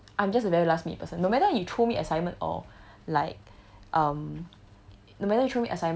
I feel like I'm just a very last me person no matter you throw me assignment or like um